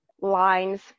lines